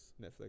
Netflix